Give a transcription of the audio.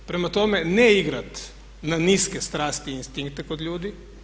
Prema tome, ne igrat na niske strasti i instinkte kod ljudi.